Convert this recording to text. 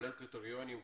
כולל קריטריונים,